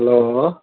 hello